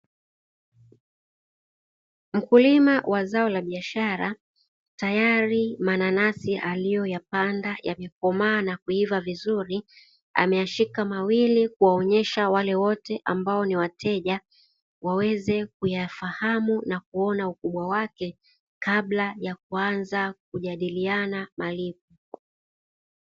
Mkulima wa zao la biashara tayari mananasi aliyoyapanda yamekomaa na kuivaa vizuri, ameashika mawili kuwaonyesha, wale wote ambao ni wateja waweze kuyafahamu, na kuona ukubwa wake kabla ya kuanza kujadiliana malipo.